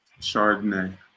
Chardonnay